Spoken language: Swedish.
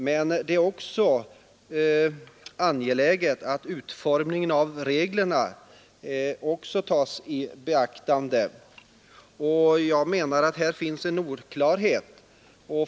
Men det är också nödvändigt att utformningen av reglerna tas i beaktande. Jag menar att det här finns en oklarhet.